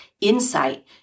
insight